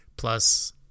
Plus